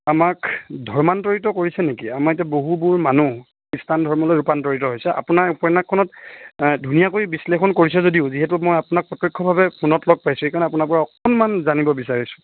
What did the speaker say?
আমাক ধৰ্মান্তৰিত কৰিছে নেকি আমাৰ এতিয়া বহুবোৰ মানুহ খ্ৰীষ্টান ধৰ্মলৈ ৰূপান্তৰিত হৈছে আপোনাৰ উপন্যাসখনত ধুনীয়াকৈ বিশ্লেষণ কৰিছে যদিও যিহেতু মই আপোনাক প্ৰত্যক্ষভাৱে ফোনত লগ পাইছোঁ সেইকাৰণে আপোনাৰ পৰা অকণমান জানিব বিচাৰিছোঁ